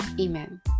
Amen